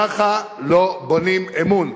ככה לא בונים אמון.